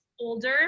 Older